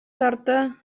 torta